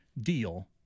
deal